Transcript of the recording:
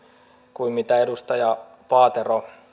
kuin mitä edustaja paatero